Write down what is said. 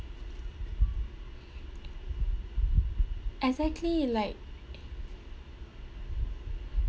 exactly like